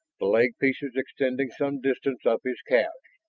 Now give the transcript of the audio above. the leg pieces extending some distance up his calves,